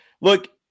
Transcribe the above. look